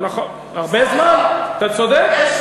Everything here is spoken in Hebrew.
נכון, הרבה זמן, אתה צודק.